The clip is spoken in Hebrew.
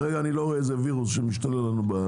כרגע אני לא רואה איזה וירוס שמשתולל לנו.